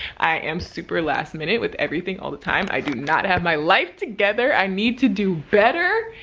i am super last-minute with everything all the time, i do not have my life together. i need to do better.